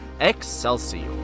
Excelsior